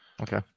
okay